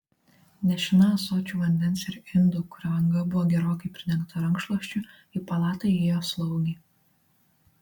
nešina ąsočiu vandens ir indu kurio anga buvo gerokai pridengta rankšluosčiu į palatą įėjo slaugė